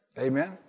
Amen